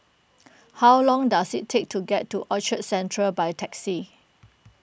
how long does it take to get to Orchard Central by taxi